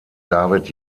david